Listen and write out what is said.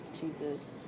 Jesus